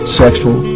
sexual